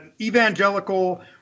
evangelical